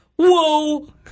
Whoa